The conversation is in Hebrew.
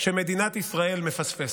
שמדינת ישראל מפספסת,